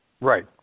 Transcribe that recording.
Right